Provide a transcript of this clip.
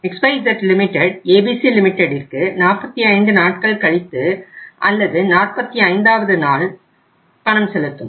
XYZ limited ABC லிமிடெட்டிற்கு 45 நாட்கள் கழித்து அல்லது 45வது நாள் செலுத்தும்